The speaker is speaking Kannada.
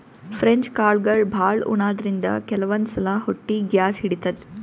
ಫ್ರೆಂಚ್ ಕಾಳ್ಗಳ್ ಭಾಳ್ ಉಣಾದ್ರಿನ್ದ ಕೆಲವಂದ್ ಸಲಾ ಹೊಟ್ಟಿ ಗ್ಯಾಸ್ ಹಿಡಿತದ್